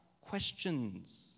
questions